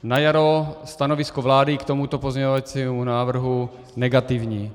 Na jaře, stanovisko vlády k tomuto pozměňovacímu návrhu negativní.